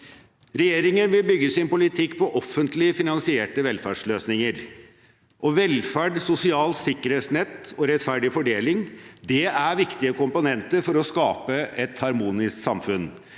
Regjeringen vil bygge sin politikk på offentlig finansierte velferdsløsninger. Velferd, sosialt sikkerhetsnett og rettferdig fordeling er viktige komponenter for å skape et harmonisk samfunn.